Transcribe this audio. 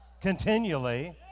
continually